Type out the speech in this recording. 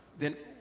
then